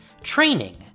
training